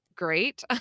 Great